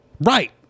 Right